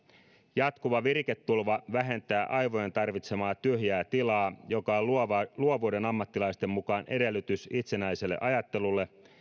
jatkuva viriketulva vähentää aivojen tarvitsemaa tyhjää tilaa joka on luovuuden luovuuden ammattilaisten mukaan edellytys itsenäiselle ajattelulle